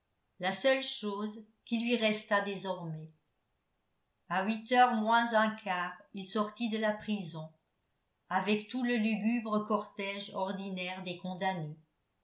la seule chose qui lui restât désormais à huit heures moins un quart il sortit de la prison avec tout le lugubre cortège ordinaire des condamnés